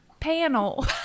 panel